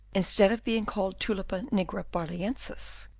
instead of being called tulipa nigra barlaensis,